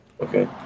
Okay